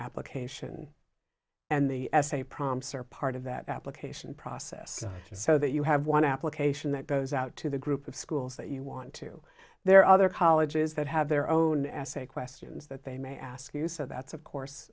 application and the essay prompts are part of that application process so that you have one application that goes out to the group of schools that you want to there are other colleges that have their own essay questions that they may ask you so that's of course